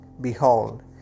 Behold